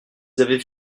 avaient